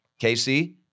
KC